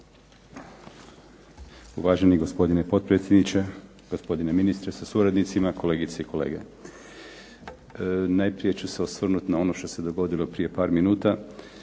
Uvaženi gospodine potpredsjedniče, gospodine ministre sa suradnicima, kolegice i kolege. Najprije ću se osvrnuti na ono što se dogodilo prije par minuta,